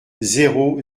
zéro